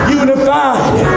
unified